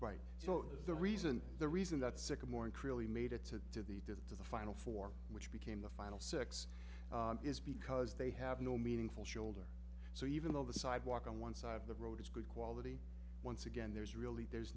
right so the reason the reason that sycamore and cruelly made it to the final four which became the final six is because they have no meaningful shoulder so even though the sidewalk on one side of the road is good quality once again there's really there's